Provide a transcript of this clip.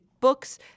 books